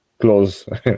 close